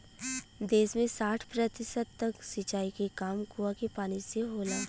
देस में साठ प्रतिशत तक सिंचाई के काम कूंआ के पानी से होला